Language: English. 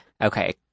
Okay